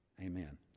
amen